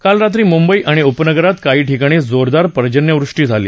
काल रात्री मुंबई आणि उपनगरात काही ठिकाणी जोरदार पर्जन्यवृष्टी झाली